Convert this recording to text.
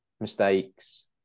mistakes